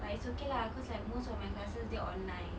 but it's okay lah cause like most of my classes dia online